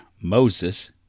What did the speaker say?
Moses